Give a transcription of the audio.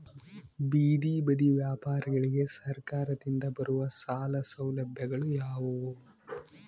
ಬೇದಿ ಬದಿ ವ್ಯಾಪಾರಗಳಿಗೆ ಸರಕಾರದಿಂದ ಬರುವ ಸಾಲ ಸೌಲಭ್ಯಗಳು ಯಾವುವು?